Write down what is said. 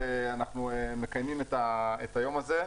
אנחנו מקיימים את היום הזה.